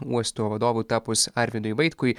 uosto vadovu tapus arvydui vaitkui